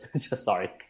Sorry